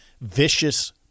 vicious